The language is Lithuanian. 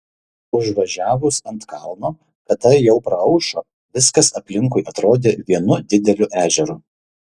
užvažiavus ant kalno kada jau praaušo viskas aplinkui atrodė vienu dideliu ežeru